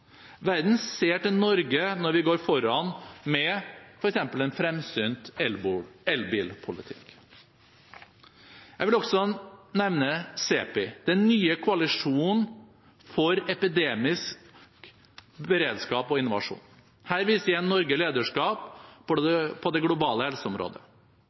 Verden ser til Norge når vi går foran med f.eks. en fremsynt elbilpolitikk. Jeg vil også nevne CEPI, den nye koalisjonen for epidemisk beredskap og innovasjon. Her viser igjen Norge lederskap på det globale helseområdet.